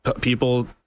People